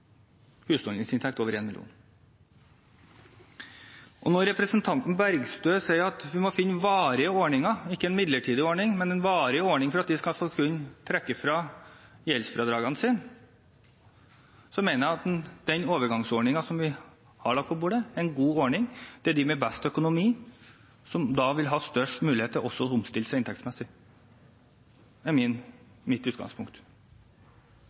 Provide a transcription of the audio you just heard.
ikke en midlertidig ordning, men en varig ordning – for at de skal kunne få trekke fra gjeldsfradragene sine, mener jeg at den overgangsordningen som vi har lagt på bordet, er en god ordning. Det er de med best økonomi som vil ha størst mulighet til å omstille seg inntektsmessig. Det er mitt utgangspunkt.